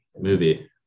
movie